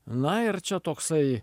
na ir čia toksai